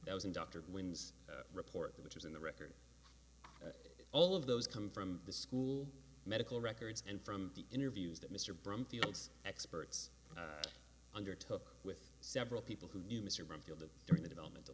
that was in dr whens report which is in the record all of those come from the school medical records and from the interviews that mr brumfield experts undertook with several people who knew mr bromfield that during the development